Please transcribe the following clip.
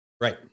right